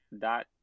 dot